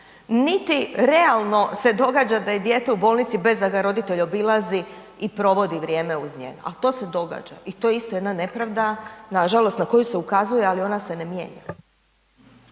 niti realno se događa da je dijete u bolnici bez da ga roditelj obilazi, i provodi vrijeme uz njega, al to se događa i to je isto jedna nepravda nažalost na koju se ukazuje, ali ona se ne mijenja.